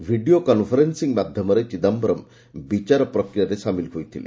video conference ମାଧ୍ୟମରେ ଚିଦାମ୍ଘରମ୍ ବିଚାର ପ୍ରକ୍ରିୟାରେ ସାମିଲ ହୋଇଥିଲେ